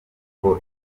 uko